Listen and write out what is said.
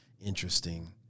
interesting